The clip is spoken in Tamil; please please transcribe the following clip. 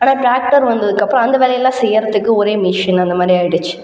ஆனா டிராக்டர் வந்ததுக்கு அப்புறம் அந்த வேலையெல்லாம் செய்யிறதுக்கு ஒரே மெஷின் அந்தமாரி ஆகிடுச்சு